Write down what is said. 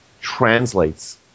translates